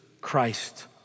Christ